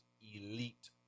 elite